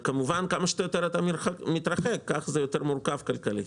כמובן שככל שאתה מתרחק כך זה יותר מורכב כלכלית.